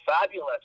fabulous